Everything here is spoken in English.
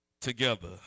together